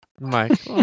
Mike